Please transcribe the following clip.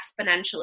exponentially